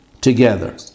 together